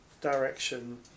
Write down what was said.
direction